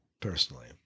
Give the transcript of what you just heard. personally